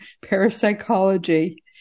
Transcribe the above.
parapsychology